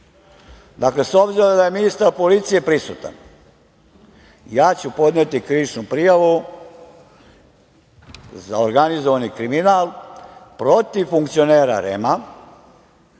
s obzirom da je ministar policije prisutan, ja ću podneti krivičnu prijavu za organizovani kriminal protiv funkcionera REM-a